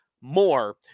more